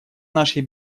нашей